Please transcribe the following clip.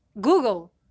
Google